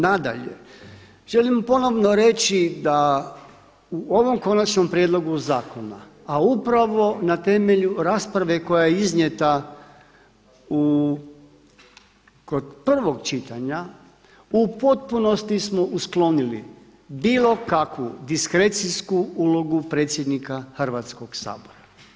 Nadalje, želim ponovno reći da u ovom konačnom prijedlogu zakona a upravo na temelju rasprave koja je iznijeta u, kod prvog čitanja, u potpunosti smo usklonili bilo kakvu diskrecijsku ulogu predsjednika Hrvatskoga sabora.